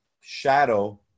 shadow